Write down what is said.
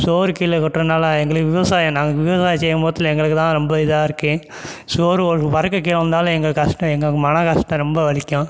சோறு கீழே கொட்றதுனால எங்களுக்கு விவசாயம் நாங்கள் விவசாயம் செய்யும் போதில் எங்களுக்கு தான் ரொம்ப இதாக இருக்குது சோறு ஒரு பருக்கை கீழே உழுந்தாலும் எங்கள் கஷ்டம் எங்களுக்கு மனக் கஷ்டம் ரொம்ப வலிக்கும்